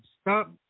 stop